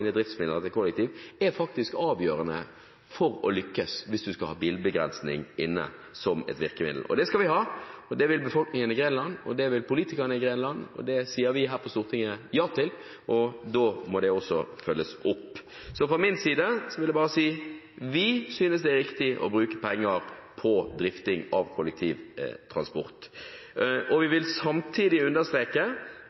inne driftsmidler til kollektiv faktisk er avgjørende for å lykkes hvis man skal ha bilbegrensning inne som et virkemiddel, og det skal vi ha. Det vil befolkningen i Grenland, det vil politikerne i Grenland, og det sier vi her på Stortinget ja til, og da må det følges opp. Fra min side vil jeg bare si at vi synes det er riktig å bruke penger på drift av kollektivtransport. Vi vil samtidig understreke